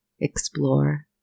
explore